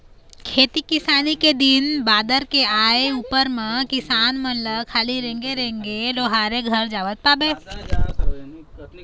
खेती किसानी के दिन बादर के आय उपर म किसान मन ल खाली रेंगे रेंगे लोहारे घर जावत पाबे